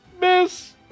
Miss